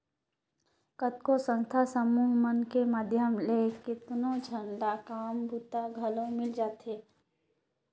कतको संस्था समूह मन के माध्यम ले केतनो झन ल काम बूता घलो मिल जाथे